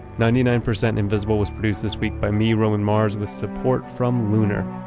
ninety nine percent invisible was produced this week by me, roman mars, with support from lunar,